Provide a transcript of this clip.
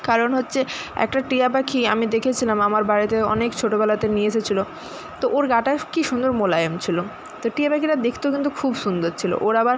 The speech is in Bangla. কারণ হচ্ছে একটা টিয়া পাখি আমি দেখেছিলাম আমার বাড়িতে অনেক ছোটোবেলাতে নিয়ে এসেছিলো তো ওর গাটা কী সুন্দর মোলায়েম ছিলো তো টিয়া পাখিটা দেখতেও কিন্তু খুব সুন্দর ছিলো ওর আবার